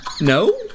No